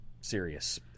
serious